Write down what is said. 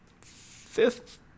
fifth